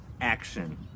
action